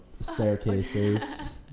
staircases